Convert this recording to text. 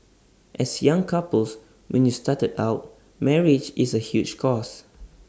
as young couples when you started out marriage is A huge cost